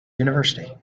university